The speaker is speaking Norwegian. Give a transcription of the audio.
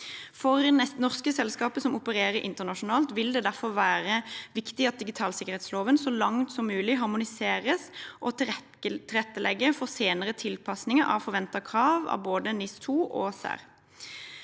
For norske selskaper som opererer internasjonalt, vil det derfor være viktig at digitalsikkerhetsloven så langt som mulig harmoniseres og tilrettelegger for senere tilpasninger av forventede krav etter både NIS2 og